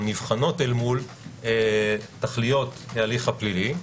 או נבחנות אל מול תכליות ההליך הפלילי,